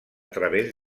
través